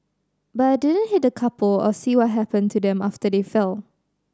but I didn't hit the couple or see what happened to them after they fell